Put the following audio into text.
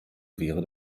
wäre